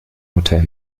hotel